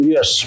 Yes